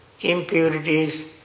impurities